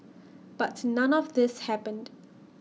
but none of this happened